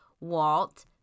Walt